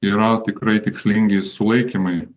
yra tikrai tikslingi sulaikymai